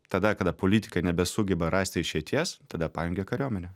tada kada politikai nebesugeba rasti išeities tada pajungia kariuomenę